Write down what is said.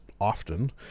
often